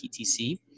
PTC